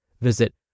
Visit